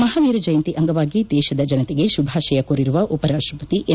ಮಹಾವೀರ ಜಯಂತಿ ಅಂಗವಾಗಿ ದೇಶದ ಜನತೆಗೆ ಶುಭಾಶಯ ಕೋರಿರುವ ಉಪರಾಷ್ಷಪತಿ ಎಂ